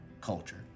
culture